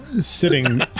Sitting